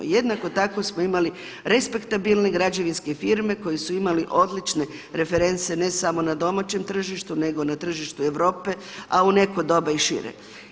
Jednako tako smo imali respektabilne građevinske firme koje su imale odlične reference ne samo na domaćem tržištu nego na tržištu Europe a u neko doba i šire.